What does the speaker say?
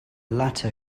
latter